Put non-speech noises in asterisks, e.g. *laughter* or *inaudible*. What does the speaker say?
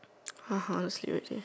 *noise* okay okay